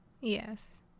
Yes